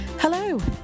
Hello